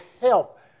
help